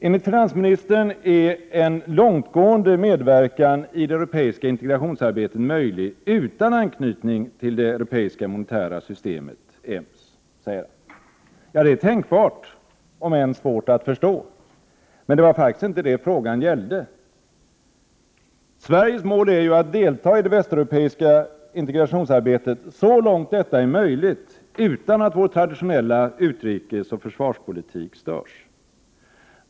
Enligt finansministern är ”en långtgående medverkan i det europeiska integrationsarbetet möjlig utan anknytning till det europeiska monetära systemet, EMS”. Det är tänkbart, om än svårt att förstå. Men det var faktiskt inte det frågan gällde. Sveriges mål är ju att delta i det västeuropeiska integrationsarbetet så långt detta är möjligt utan att vår traditionella utrikesoch försvarspolitik störs.